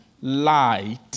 light